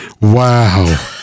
Wow